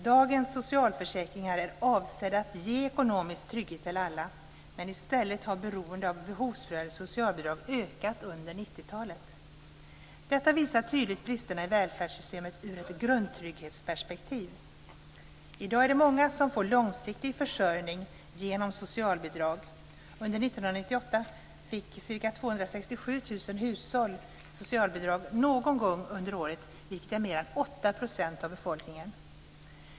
Dagens socialförsäkringar är avsedda att ge ekonomisk trygghet till alla, men i stället har beroende av behovsprövade socialbidrag ökat under 90-talet. Detta visar tydligt bristerna i välfärdssystemet ur ett grundtrygghetsperspektiv. I dag är det många som får långsiktig försörjning genom socialbidrag. Under 1998 fick ca 367 000 hushåll socialbidrag någon gång under året, vilket är mer än 8 % av befolkningen.